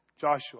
Joshua